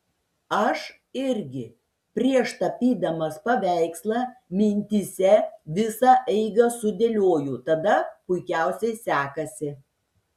aš irgi prieš tapydamas paveikslą mintyse visą eigą sudėlioju tada puikiausiai sekasi